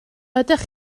ydych